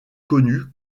connu